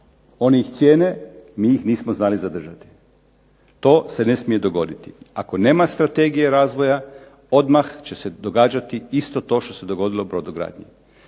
Oni ih cijene, mi ih nismo znali zadržati. To se ne smije dogoditi. Ako nema strategije razvoja odmah će se događati isto to što se dogodilo brodogradnji.